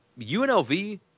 UNLV